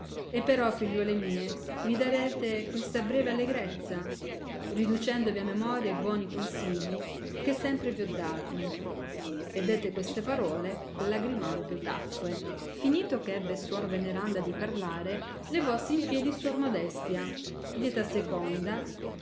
e però figliuole mie mi darete questa breve allegrezza riducendovi a memoria e buoni consigli che sempre più dati e dette queste parole lagrimando tacque finito che ebbe suor veneranda di parlare levossi in piedi suor modestia di età seconda